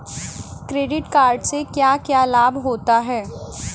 Credit card से क्या क्या लाभ होता है?